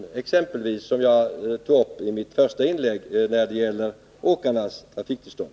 Ett exempel, som jag tog upp i mitt första inlägg, är åkarnas trafiktillstånd.